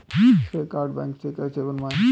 श्रेय card bank से कैसे बनवाएं?